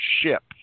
ship